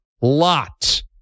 lot